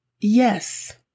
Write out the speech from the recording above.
yes